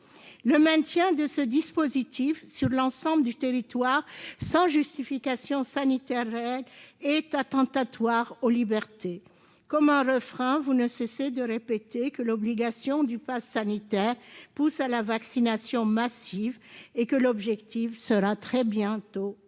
Le maintien de ce dispositif sur l'ensemble du territoire, sans véritable justification sanitaire, est attentatoire aux libertés. Comme un refrain, vous ne cessez de répéter que le passe sanitaire obligatoire pousse à la vaccination massive et que l'objectif sera très bientôt